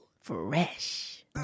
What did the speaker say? Fresh